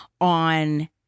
on